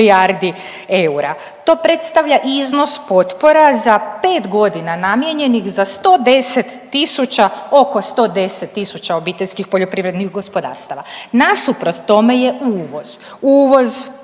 To predstavlja iznos potpora za 5 godina namijenjenih za 110 tisuća, oko 110 tisuća obiteljskih poljoprivrednih gospodarstava, nasuprot tome je uvoz, uvoz